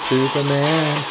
Superman